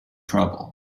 trouble